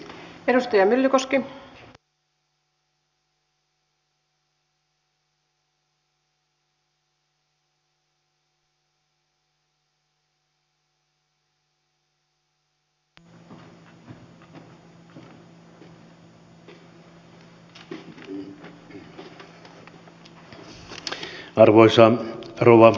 arvoisa rouva puhemies